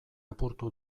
apurtu